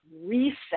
reset